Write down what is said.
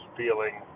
feeling